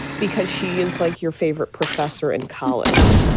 because she is like your favorite professor in college.